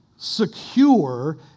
secure